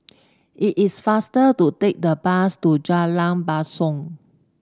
it is faster to take the bus to Jalan Basong